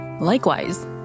Likewise